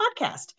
Podcast